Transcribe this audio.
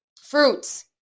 fruits